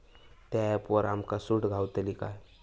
त्या ऍपवर आमका सूट गावतली काय?